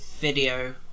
video